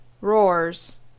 roars